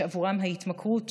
שעבורם ההתמכרות